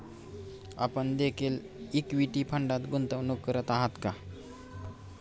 आपण देखील इक्विटी फंडात गुंतवणूक करत आहात का?